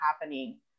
happening